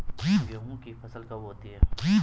गेहूँ की फसल कब होती है?